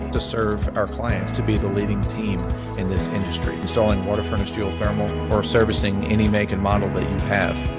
to serve our clients, to be the leading team in this industry. installing water furnished geothermal, or servicing any make and model that you have.